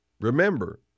remember